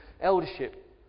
eldership